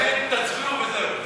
האמת, תצביעו וזהו.